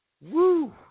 Woo